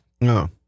No